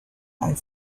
and